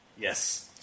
Yes